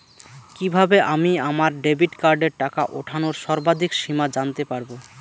কিভাবে আমি আমার ডেবিট কার্ডের টাকা ওঠানোর সর্বাধিক সীমা জানতে পারব?